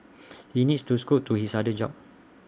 he needs to scoot to his other job